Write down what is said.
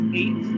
eight